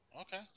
Okay